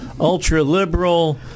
ultra-liberal